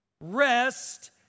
Rest